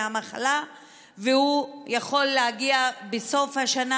המחלה והוא יוכל להגיע למצב שבסוף השנה,